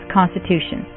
Constitution